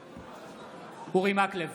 בעד אורי מקלב,